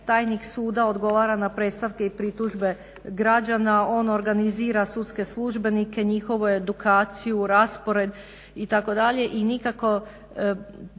tajnik suda odgovara na predstavke i pritužbe građana, on organizira sudske službenike, njihovu edukaciju, raspored itd.